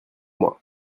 moi